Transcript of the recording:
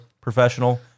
professional